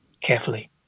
carefully